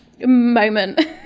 moment